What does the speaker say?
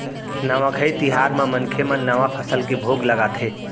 नवाखाई तिहार म मनखे मन नवा फसल के भोग लगाथे